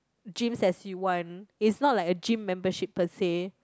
gyms as you want its not like a gym membership per say